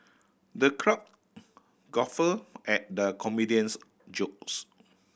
the crowd guffawed at the comedian's jokes